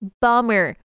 Bummer